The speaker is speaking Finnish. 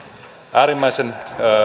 äärimmäisen